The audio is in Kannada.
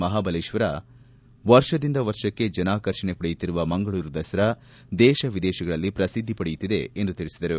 ಮಹಾಬಲೇಶ್ವರ ವರ್ಷದಿಂದ ವರ್ಷಕ್ಕೆ ಜನಾಕರ್ಷಣೆ ಪಡೆಯುತ್ತಿರುವ ಮಂಗಳೂರು ದಸರಾ ದೇಶ ವಿದೇಶಗಳಲ್ಲಿ ಪ್ರಸಿದ್ಧಿ ಪಡೆಯುತ್ತಿದೆ ಎಂದು ತಿಳಿಸಿದರು